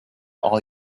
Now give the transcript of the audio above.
all